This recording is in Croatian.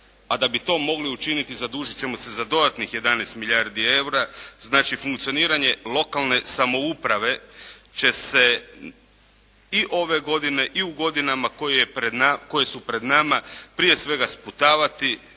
a da bi to mogli učiniti zadužit ćemo se za dodatnih 11 milijardi EUR-a. Znači funkcioniranje lokalne samouprave će se i ove godine i u godinama koje su pred nama prije svega sputavati.